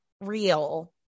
real